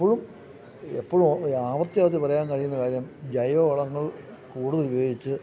എപ്പോഴും എപ്പോഴും ആവർത്തി അവർത്തി പറയാൻ കഴിയുന്ന കാര്യം ജൈവവളങ്ങൾ കൂടുതൽ ഉപയോഗിച്ച്